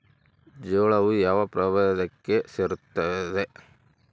ಜೋಳವು ಯಾವ ಪ್ರಭೇದಕ್ಕೆ ಸೇರುತ್ತದೆ?